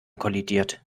kollidiert